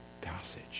passage